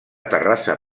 terrassa